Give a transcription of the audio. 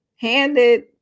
handed